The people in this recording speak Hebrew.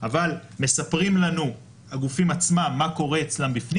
אבל מספרים לנו הגופים עצמם מה קורה אצלם בפנים